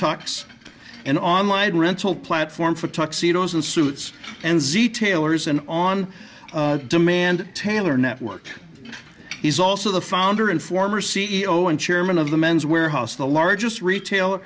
talks and online rental platform for tuxedoes in suits and z taylor's an on demand taylor network he's also the founder and former c e o and chairman of the men's wearhouse the largest retail